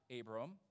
Abram